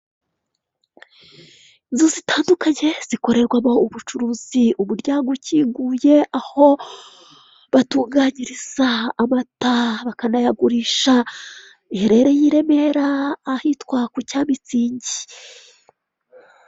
Inzu zitandukanye zikorerwamo ubucuruzi, umuryango ukinguye, aho batunganyiriza amata bakanayagurisha, iherereye i Rebera, ahitwa ku Cyamitsingi.